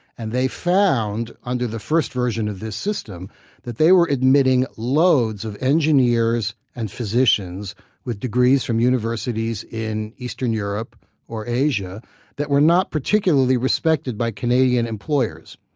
and they found under the first version of this system that they were admitting loads of engineers and physicians with degrees from universities in eastern europe or asia that were not particularly respected by canadian employers.